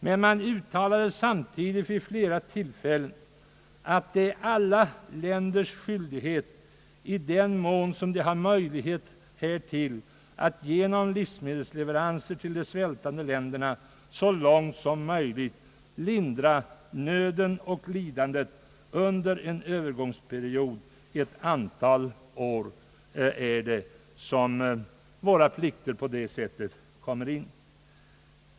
Men det uttalades också vid flera tillfällen, att det är alla länders skyldighet att i den mån de har möjlighet härtill genom livsmedelsleveranser till de svältande länderna så långt som möjligt lindra nöden och lidandet under en övergångsperiod. Ett antal år är det som våra plikter på det sättet kommer in i sammanhanget.